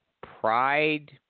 pride